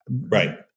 Right